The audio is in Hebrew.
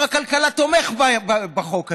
ושר הכלכלה תומך בחוק הזה.